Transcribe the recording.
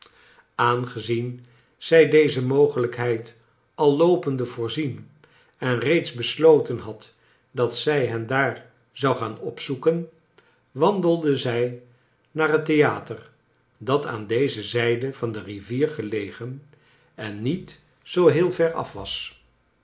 aangezien zij deze mogelijkheid al loopende voorzien en reeds besloten had dat zij hen daar zou gaan opzoeken wandelde zij naar het theater dat aan deze zijde van de rivier gelegen en niet zoo heel ver af